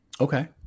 okay